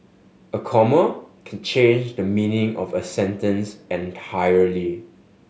a comma can change the meaning of a sentence entirely